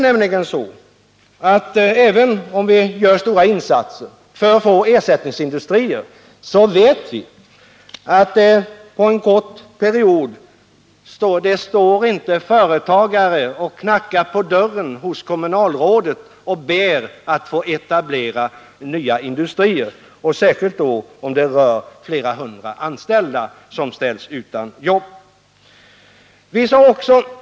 Även om vi gör stora insatser för att få ersättningsindustrier vet vi nämligen att det inte står företagare och knackar på dörren hos kommunalrådet och ber att få etablera nya industrier — särskilt inte med jobb för flera hundra anställda, som skulle ställas utan arbete vid en nedläggning av Fridafors.